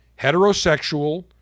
heterosexual